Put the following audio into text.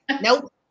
nope